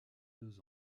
deux